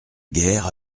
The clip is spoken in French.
guerre